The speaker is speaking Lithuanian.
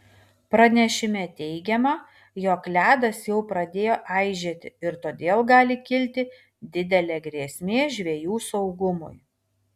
pranešime teigiama jog ledas jau pradėjo aižėti ir todėl gali kilti didelė grėsmė žvejų saugumui